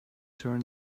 turn